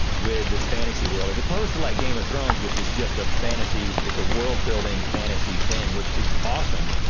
with this fantasy world. as opposed to like game of thrones, which is just a fantasy, it's a world building fantasy thing, which is awesome.